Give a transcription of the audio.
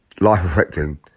life-affecting